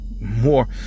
more